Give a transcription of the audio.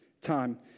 time